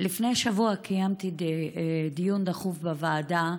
לפני שבוע קיימתי דיון דחוף בוועדה,